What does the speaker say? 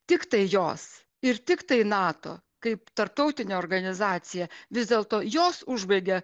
tiktai jos ir tiktai nato kaip tarptautinė organizacija vis dėlto jos užbaigia